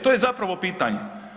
To je zapravo pitanje.